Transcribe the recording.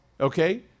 Okay